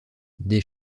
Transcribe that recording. des